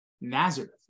Nazareth